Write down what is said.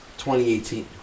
2018